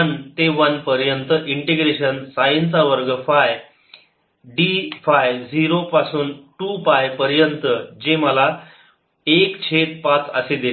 1 ते 1 पर्यंत इंटिग्रेशन साइनचा वर्ग फाय d फाय 0 पासून 2 पाय पर्यंत जे मला एक छेद पाच असे देते